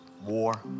war